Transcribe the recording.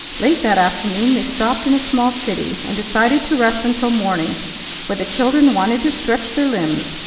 late that afternoon they stopped in a small city, and decided to rest until morning for the children wanted to stretch their limbs,